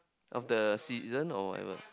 of the seasons or whatever